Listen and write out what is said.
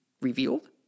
revealed